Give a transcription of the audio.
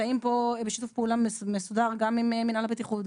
בשיתוף פעולה מסודר גם עם מינהל הבטיחות,